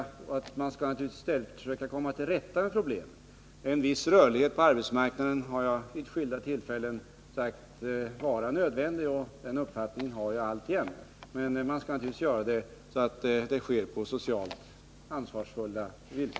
Man skall naturligtvis i stället försöka komma till rätta med problemet. Jag har vid skilda tillfällen sagt att en viss rörlighet på arbetsmarknaden är nödvändig, och den uppfattningen har jag alltjämt. Men naturligtvis skall den ske på ett socialt ansvarsfullt sätt.